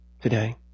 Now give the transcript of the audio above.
today